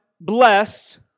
bless